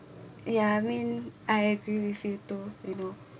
ya I mean I agree with you too you know